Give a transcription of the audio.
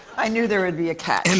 i knew there would be a catch. and